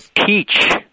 teach